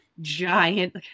giant